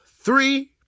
three